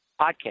podcast